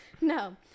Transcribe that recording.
No